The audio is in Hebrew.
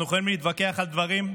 אנחנו יכולים להתווכח על דברים.